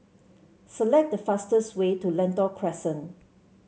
select the fastest way to Lentor Crescent